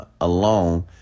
alone